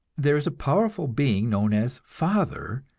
there is a powerful being known as father,